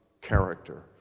character